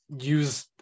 use